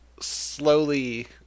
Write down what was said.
slowly